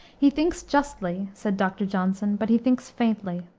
he thinks justly, said dr. johnson, but he thinks faintly.